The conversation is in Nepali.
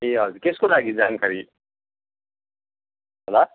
ए हजुर केको लागि जानकारी होला